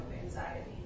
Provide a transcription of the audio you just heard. anxiety